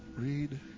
Read